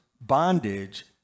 bondage